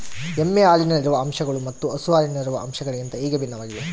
ಎಮ್ಮೆ ಹಾಲಿನಲ್ಲಿರುವ ಅಂಶಗಳು ಮತ್ತು ಹಸು ಹಾಲಿನಲ್ಲಿರುವ ಅಂಶಗಳಿಗಿಂತ ಹೇಗೆ ಭಿನ್ನವಾಗಿವೆ?